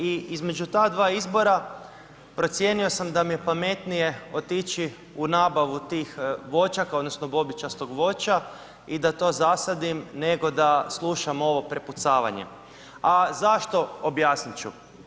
I između ta dva izbora, procijenio sam da mi je pametnije otići u nabavu tih voćaka, odnosno, bobičastog voća i da to zasadim, nego da slušam ovo prepucavanje, a zašto objasniti ću.